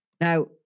Now